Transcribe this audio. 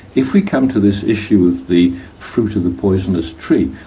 if we come to this issue of the fruit of the poisonous tree,